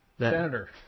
Senator